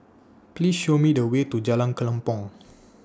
Please Show Me The Way to Jalan Kelempong